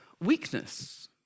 weakness